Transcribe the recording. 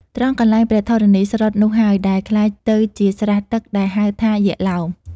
ត្រង់កន្លែងព្រះធរណីស្រុតនោះហើយ ដែលក្លាយទៅជាស្រះទឹក ដែលហៅថាយក្ខឡោម។